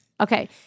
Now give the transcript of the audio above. Okay